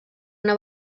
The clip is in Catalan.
una